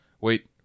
Wait